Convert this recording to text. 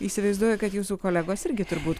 įsivaizduoju kad jūsų kolegos irgi turbūt